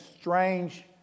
strange